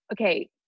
okay